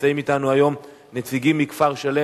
נמצאים אתנו היום נציגים מכפר-שלם,